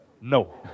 No